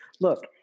look